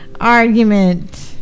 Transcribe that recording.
argument